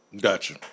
Gotcha